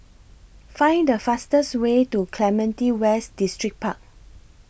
Find The fastest Way to Clementi West Distripark